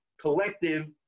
collective